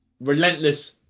relentless